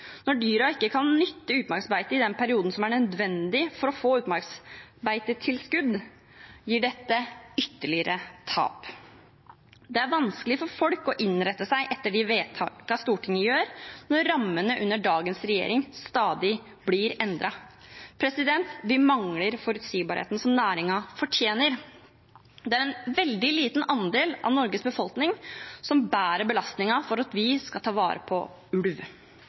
Når dyrene ikke kan nytte utmarksbeitet i den perioden som er nødvendig for å få utmarksbeitetilskudd, gir dette ytterligere tap. Det er vanskelig for folk å innrette seg etter de vedtakene Stortinget gjør når rammene under dagens regjering stadig blir endret. Vi mangler forutsigbarheten som næringen fortjener. Det er en veldig liten andel av Norges befolkning som bærer belastningen for at vi skal ta vare på ulv.